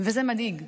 וזה מדאיג.